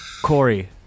Corey